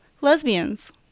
lesbians